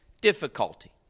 difficulty